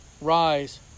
Rise